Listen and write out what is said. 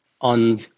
on